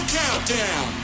countdown